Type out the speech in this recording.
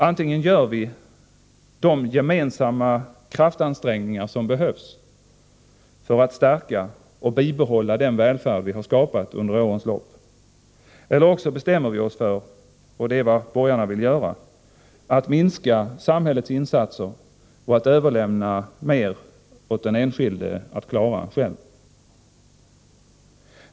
Antingen gör vi de gemensamma kraftansträngningar som behövs för att stärka och bibehålla den välfärd vi har skapat under årens lopp eller också bestämmer vi oss för — och det är vad borgarna vill göra — att minska samhällets insatser och överlämna mer åt den enskilde att klara själv.